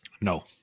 No